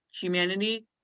humanity